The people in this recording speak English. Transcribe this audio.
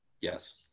Yes